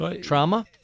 trauma